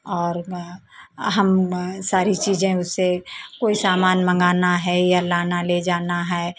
और हम सारी चीज़ें उसे कोई सामान मंगाना है या लाना ले जाना है